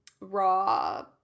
raw